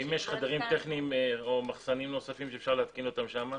ואם יש חדרים טכניים או מחסנים נוספים שאפשר להתקין אותם שם?